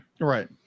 right